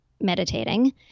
Meditating